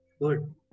good